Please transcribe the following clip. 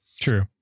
True